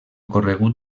corregut